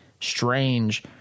strange